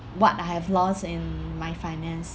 what I have lost in my finance